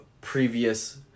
previous